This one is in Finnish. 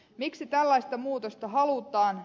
miksi tällaista muutosta halutaan